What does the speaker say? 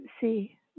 see